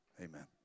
amen